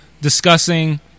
discussing